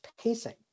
pacing